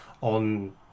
on